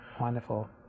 Wonderful